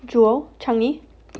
jewel Changi